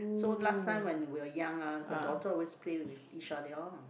so last time when were young ah her daughter always play with Yisha they all